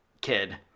kid